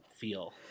feel